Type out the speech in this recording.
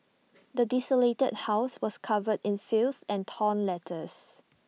the desolated house was covered in filth and torn letters